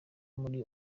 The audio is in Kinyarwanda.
muri